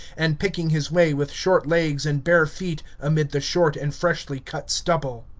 and picking his way with short legs and bare feet amid the short and freshly cut stubble.